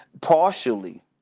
partially